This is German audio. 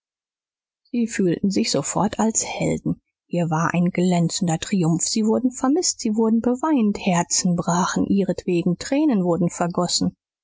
sie fühlten sich sofort als helden hier war ein glänzender triumph sie wurden vermißt sie wurden beweint herzen brachen ihretwegen tränen wurden vergossen